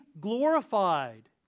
glorified